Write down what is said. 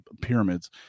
pyramids